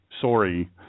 sorry